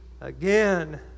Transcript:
again